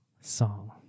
song